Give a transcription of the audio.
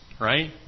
right